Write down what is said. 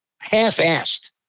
half-assed